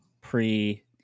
pre